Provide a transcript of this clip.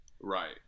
Right